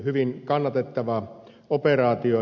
hyvin kannatettava operaatio